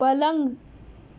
پلنگ